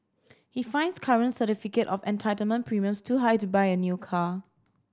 he finds current certificate of entitlement premiums too high to buy a new car